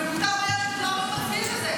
ומאפשר שירותי דת.